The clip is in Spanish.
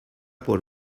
por